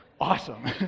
awesome